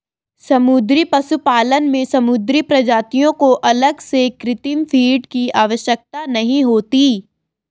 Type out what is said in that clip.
समुद्री पशुपालन में समुद्री प्रजातियों को अलग से कृत्रिम फ़ीड की आवश्यकता नहीं होती